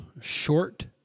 short